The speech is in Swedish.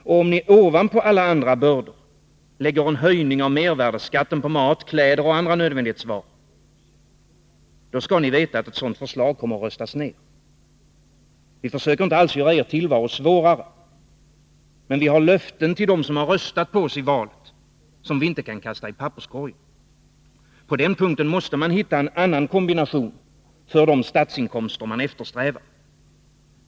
Och om ni ovanpå alla andra bördor lägger en höjning av mervärdeskatten på mat, kläder och andra nödvändighetsvaror — då skall ni veta att ett sådant förslag kommer att röstas ner. Vi försöker inte alls göra er tillvaro svårare. Men vi har löften till dem som har röstat på oss i valet som vi inte kan kasta i papperskorgen. På den punkten måste man hitta en annan kombination för de statsinkomster man eftersträvar.